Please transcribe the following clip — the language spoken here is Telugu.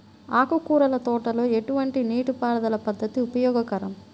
ఆకుకూరల తోటలలో ఎటువంటి నీటిపారుదల పద్దతి ఉపయోగకరం?